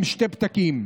עם שני פתקים.